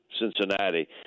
Cincinnati